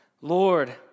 Lord